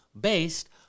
based